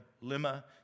lima